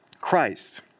Christ